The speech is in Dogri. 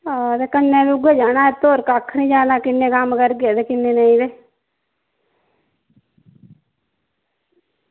आं ते कन्नै बी उऐ जाना होर कक्ख निं जाना ते किन्ने कम्म करगे ते किन्ने नेईं